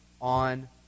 on